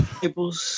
tables